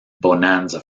bonanza